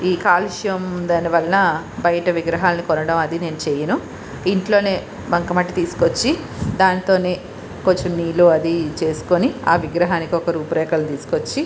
ఈ కాలుష్యం దానివల్ల బయట విగ్రహాలని కొనడం అది నేను చేయను ఇంట్లో బంక మట్టి తీసుకు వచ్చి దాంట్లో కొంచెం నీళ్ళు అది చేసుకొని ఆ విగ్రహానికి ఒక రూపురేఖలు తీసుకు వచ్చి